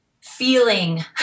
feeling